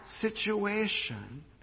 situation